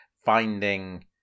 finding